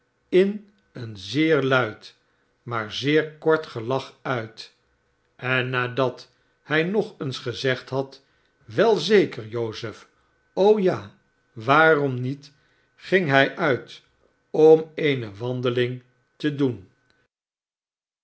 in een zeer luid maar zeer kort gelach uit en nadat hij nog eens gezegd had wel zeker jozef o ja waarom niet ging hij uit om eene wandeling te doen